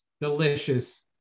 ...delicious